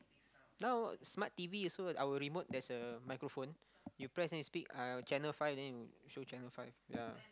now smart t_v also our remote there's a microphone you press then you speak uh channel five then will show channel five ya